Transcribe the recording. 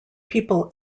people